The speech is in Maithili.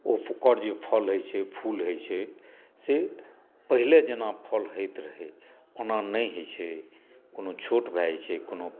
ओ ओकर जे फल होइ छै फूल होइ छै से पहिले जेना फल होइत रहै ओना नहि होइ छै कोनो छोट भए जाइ छै कोनो